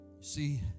See